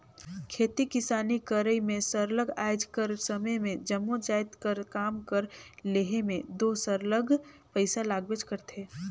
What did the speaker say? खेती किसानी करई में सरलग आएज कर समे में जम्मो जाएत कर काम कर लेहे में दो सरलग पइसा लागबेच करथे